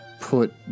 put